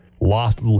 lost